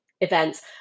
events